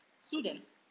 students